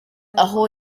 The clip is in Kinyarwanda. aho